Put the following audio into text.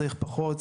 צריך פחות,